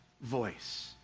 voice